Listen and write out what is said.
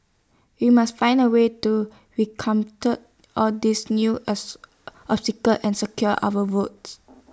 we must find A way to all these new obstacles and secure our votes